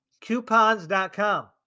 coupons.com